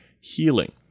healing